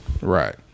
Right